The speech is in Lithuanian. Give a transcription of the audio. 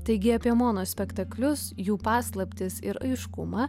taigi apie monospektaklius jų paslaptis ir aiškumą